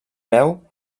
veu